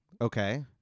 okay